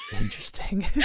interesting